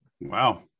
Wow